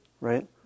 right